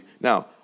now